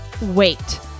wait